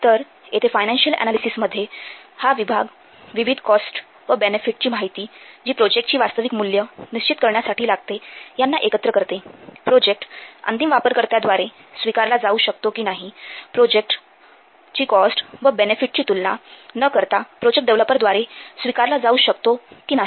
तर येथे financial analysis मध्ये हा विभाग विविध कॉस्ट व बेनेफिट बेनेफिट चीमाहिती जी प्रोजेक्टची वास्तविक मूल्य निश्चित करण्यासाठी लागते यांना एकत्र करते प्रोजेक्ट अंतिम वापरकर्त्याद्वारे स्वीकारला जाऊ शकतो की नाही प्रोजेक्ट कॉस्ट व बेनेफिट ची तुलना न करता प्रोजेक्ट डेव्हलपरद्वारे स्वीकारला जाऊ शकतो की नाही